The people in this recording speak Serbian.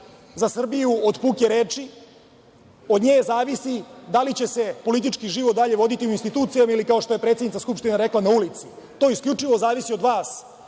za Srbiju od puke reči, od nje zavisi da li će se politički život dalje voditi u institucijama ili, kao što je predsednica Skupštine rekla, na ulici. To isključivo zavisi od vas,